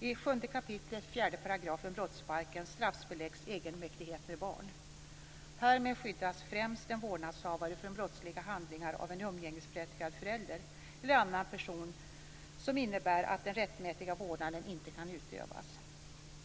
I 7 kap. 4 § brottsbalken straffläggs egenmäktighet med barn. Härmed skyddas främst en vårdnadshavare från brottsliga handlingar av en umgängesberättigad förälder eller annan person som innebär att den rättmätiga vårdnaden inte kan utövas.